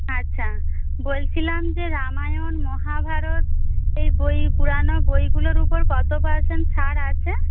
আচ্ছা বলছিলাম যে রামায়ণ মহাভারত এই বই পুরনো বইগুলোর উপর কত পার্সেন্ট ছাড় আছে